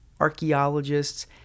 archaeologists